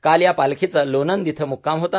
काल या पालखीचा लोणंद इथं मुक्काम होता